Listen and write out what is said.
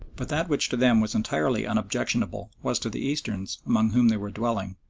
but that which to them was entirely unobjectionable was to the easterns, among whom they were dwelling,